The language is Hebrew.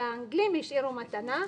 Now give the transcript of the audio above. שהאנגלים השאירו מתנה,